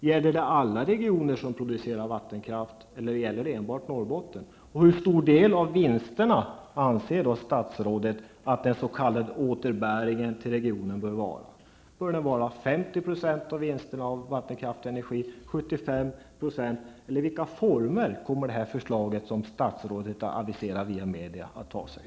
Gäller det alla regioner som producerar vattenkraft eller enbart Norrbotten? Hur stor del av vinsterna anser statsrådet att den s.k. återbäringen till regionen bör vara, 50 % eller 75 % av vinsterna på vattenkraft och energi? Eller vilka linjer följer det förslag som statsrådet via media har aviserat?